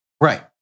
Right